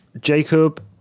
Jacob